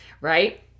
right